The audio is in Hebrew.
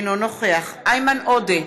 אינו נוכח איימן עודה,